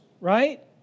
right